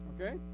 Okay